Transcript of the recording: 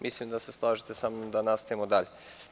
Mislim da se slažete samnom da nastavimo dalje.